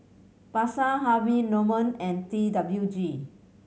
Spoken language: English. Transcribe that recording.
Pasar Harvey Norman and T W G